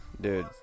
Dude